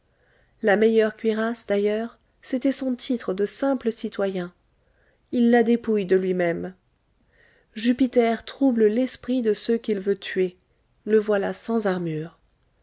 la meilleure cuirasse d'ailleurs c'était son titre de simple citoyen il la dépouille de lui-même jupiter trouble l'esprit de ceux qu'il veut tuer le voilà sans armure